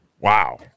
wow